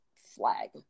flag